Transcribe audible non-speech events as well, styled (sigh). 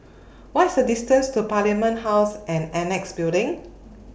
(noise) What IS The distance to Parliament House and Annexe Building